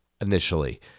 initially